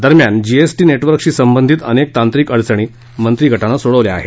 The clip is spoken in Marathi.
दरम्यान जीएसटीनेटवर्कशी संबंधित अनेक तांत्रिक अडचणी मंत्रीगटानं सोडवल्या आहेत